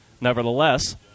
Nevertheless